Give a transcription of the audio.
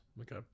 Okay